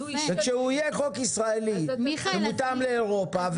וכשהוא יהיה חוק ישראלי ומותאם לאירופה,